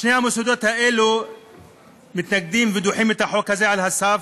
שני המוסדות האלה מתנגדים ודוחים את החוק הזה על הסף.